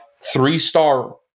three-star